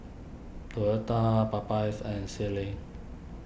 Toyota Popeyes and Sealy